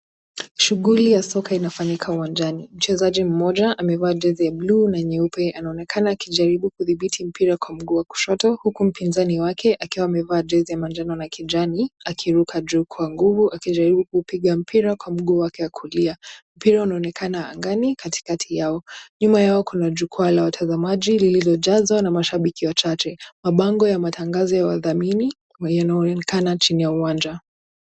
Shughuli ya soka unafanyika uwanjani. Mchezaji mmoja amevaa jezi ya buluu na nyeupe anaonekana akijaribu kudhibiti mpira kwa mguu wa kushoto huku mpinzani wake akiwa amevaa jezi ya manjano na kijani akiruka juu kwa nguvu akijaribu kupiga mpira kwa mguu wake wa kulia. Mpira unaonekana angali katikati yao. Nyuma yao kuna jugwaa la watazamaji lililojazwa na mashabiki wachache. Mabango ya matangazo ya wadhamini inaonekana chini ya uwanja.